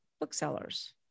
booksellers